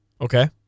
Okay